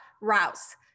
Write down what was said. Rouse